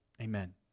Amen